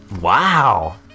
Wow